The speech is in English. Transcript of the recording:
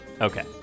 Okay